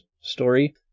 story